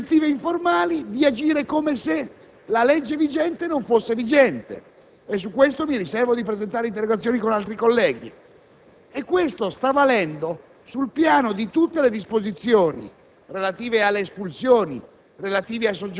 dall'attività delle forze dell'ordine, le quali ricevono direttive informali di agire come se la legge vigente non fosse tale. Su questo punto mi riservo di presentare interrogazioni con altri colleghi.